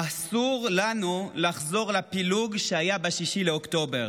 אסור לנו לחזור לפילוג שהיה ב-6 באוקטובר.